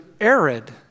arid